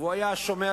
והוא היה שומר,